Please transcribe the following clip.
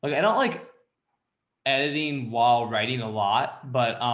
i don't like editing while writing a lot, but,